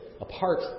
apart